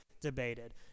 debated